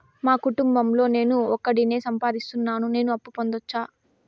మా కుటుంబం లో నేను ఒకడినే సంపాదిస్తున్నా నేను అప్పు పొందొచ్చా